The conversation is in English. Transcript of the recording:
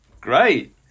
Great